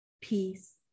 peace